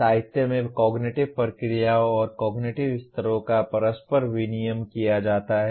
साहित्य में कॉग्निटिव प्रक्रियाओं और कॉग्निटिव स्तरों का परस्पर विनिमय किया जाता है